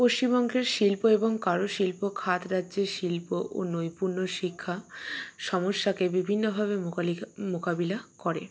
পশ্চিমবঙ্গের শিল্প এবং কারুশিল্প খাদ রাজ্যের শিল্প ও নৈপুণ্য শিক্ষা সমস্যাকে বিভিন্নভাবে মোকালিকা মোকাবিলা করে